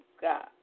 God